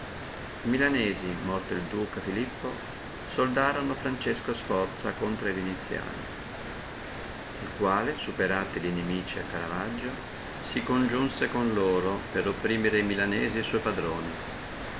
libertà milanesi morto il duca filippo soldorono francesco sforza contro a viniziani il quale superati li inimici a caravaggio si congiunse con loro per opprimere e milanesi suoi patroni